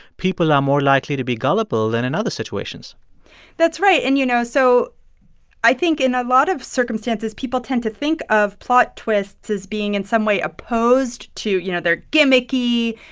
people are more likely to be gullible than in other situations that's right. and, you know, so i think in a lot of circumstances, people tend to think of plot twists as being in some way opposed to you know, they're gimmicky.